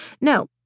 No